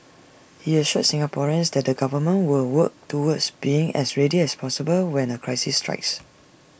he assured Singaporeans that the government will work towards being as ready as possible when A crisis strikes